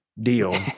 deal